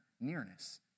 nearness